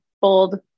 bold